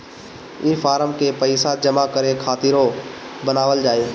ई फारम के पइसा जमा करे खातिरो बनावल जाए